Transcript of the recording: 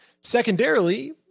Secondarily